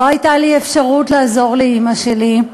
לא הייתה לי אפשרות לעזור לאימא שלי,